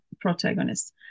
protagonist